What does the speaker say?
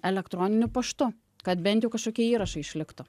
elektroniniu paštu kad bent jau kažkokie įrašai išliktų